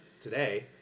today